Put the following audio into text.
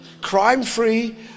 crime-free